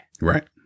Right